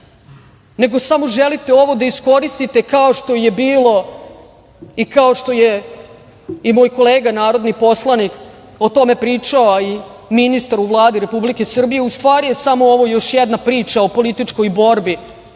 nego samo želite ovo da iskoristite, kao što je bilo i kao što je i moj kolega narodni poslanik o tome pričao, a i ministar u Vladi Republike Srbije, u stvari je samo ovo još jedna priča o političkoj borbi